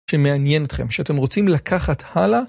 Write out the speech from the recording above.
שמעניין אתכם, שאתם רוצים לקחת הלאה.